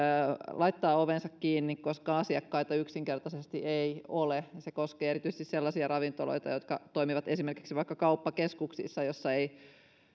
laittaa ovensa kiinni koska asiakkaita yksinkertaisesti ei ole se koskee erityisesti sellaisia ravintoloita jotka toimivat esimerkiksi vaikka kauppakeskuksissa joissa ei